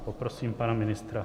Poprosím pana ministr?